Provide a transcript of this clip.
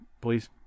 Please